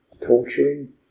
Torturing